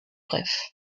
riff